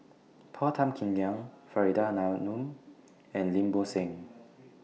Paul Tan Kim Liang Faridah Hanum and Lim Bo Seng